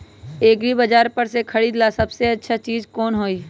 एग्रिबाजार पर से खरीदे ला सबसे अच्छा चीज कोन हई?